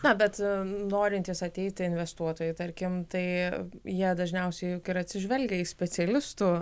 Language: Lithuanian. na bet norintys ateiti investuotojai tarkim tai jie dažniausiai juk ir atsižvelgia į specialistų